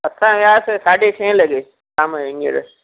असां वियासीं साढी छहे लॻे शामजो हींअर